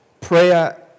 Prayer